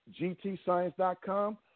gtscience.com